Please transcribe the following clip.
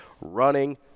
running